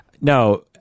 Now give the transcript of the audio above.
No